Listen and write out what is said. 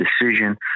decision